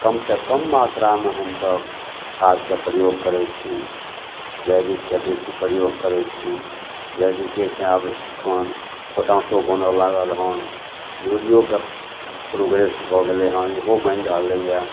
कमसे कम मात्रामे हमसभ खादके प्रयोग करै छी जैविकके बेसी प्रयोग करै छी जैविकेसे आब एखन पोटाशो बनऽ लागल हन यूरिओके प्रोग्रेस भऽ गेलै हँ ओहो बनि रहलैए